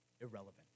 irrelevant